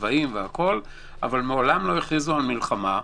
אבל מעולם לא הכריזו על מלחמה.